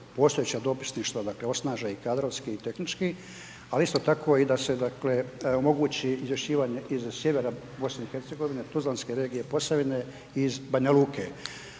postojeća dopisništva, dakle osnaže i kadrovski i tehnički, al isto tako i da se, dakle omogući izvješćivanje iz sjevera BiH, Tuzlanske regije i Posavine i iz Banja Luke.